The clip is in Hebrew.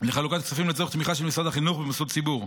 לחלוקת כספים לצורך תמיכה של משרד החינוך במוסדות ציבור.